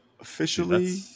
officially